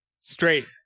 straight